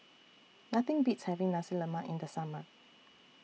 Nothing Beats having Nasi Lemak in The Summer